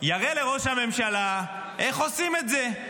יראה לראש הממשלה איך עושים את זה?